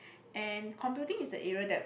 and computing is the area that